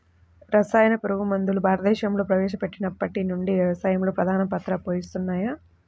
రసాయన పురుగుమందులు భారతదేశంలో ప్రవేశపెట్టినప్పటి నుండి వ్యవసాయంలో ప్రధాన పాత్ర పోషిస్తున్నాయి